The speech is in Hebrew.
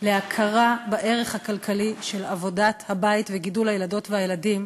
להכרה בערך הכלכלי של עבודת הבית וגידול הילדות והילדים,